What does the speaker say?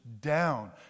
down